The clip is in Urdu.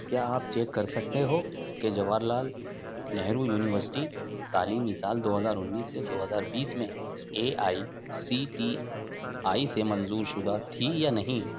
کیا آپ چیک کر سکتے ہو کہ جواہر لال نہرو یونیورسٹی تعلیمی سال دو ہزار انیس سے دو ہزار بیسس میں A I C T E سے منظور شدہ تھی یا نہیں